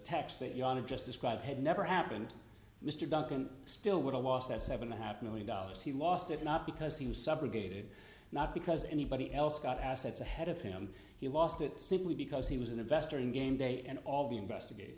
tax that you wanted just described had never happened mr duncan still would have lost that seven a half million dollars he lost it not because he was suffocated not because anybody else got assets ahead of him he lost it simply because he was an investor in game day and all the investigat